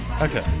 Okay